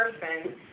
person